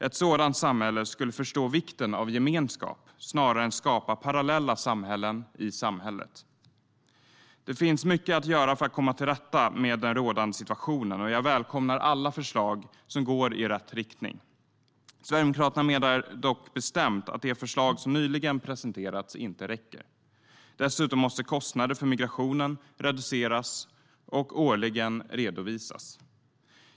Ett sådant samhälle skulle förstå vikten av gemenskap snarare än att skapa parallella samhällen i samhället. Det finns mycket att göra för att komma till rätta med den rådande situationen. Jag välkomnar alla förslag som går i rätt riktning. Sverigedemokraterna menar dock bestämt att det förslag som nyligen presenterats inte räcker. Dessutom måste kostnader för migrationen reduceras och årligen redovisas.